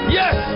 yes